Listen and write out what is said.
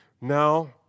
Now